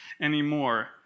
anymore